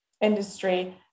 industry